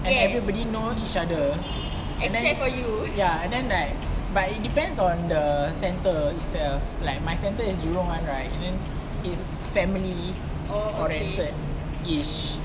then everybody know each other and then ya and then like but it depends on the centre itself like my centre is jurong [one] right and then is family oriented-ish